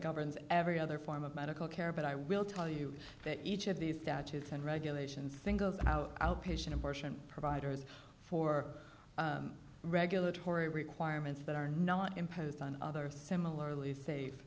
governs every other form of medical care but i will tell you that each of these statutes and regulations thing goes out outpatient abortion providers for regulatory requirements that are not imposed on other similarly safe